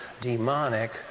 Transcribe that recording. demonic